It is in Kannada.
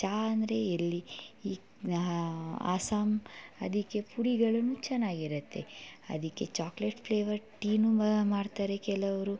ಚಹ ಅಂದರೆ ಎಲ್ಲಿ ಈ ಆಸ್ಸಾಂ ಅದಕ್ಕೆ ಪುಡಿಗಳನ್ನು ಚೆನ್ನಾಗಿ ಇರುತ್ತೆ ಅದಕ್ಕೆ ಚಾಕ್ಲೇಟ್ ಫ್ಲೇವರ್ ಟೀನು ಮಾಡ್ತಾರೆ ಕೆಲವರು